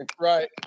Right